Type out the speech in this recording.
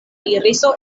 iriso